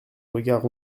regard